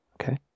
Okay